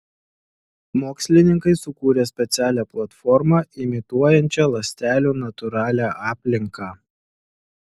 mokslininkai sukūrė specialią platformą imituojančią ląstelių natūralią aplinką